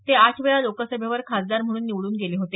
ते आठ वेळा लोकसभेवर खासदार म्हणून निवडून गेले होते